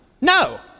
no